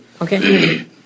Okay